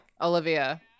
olivia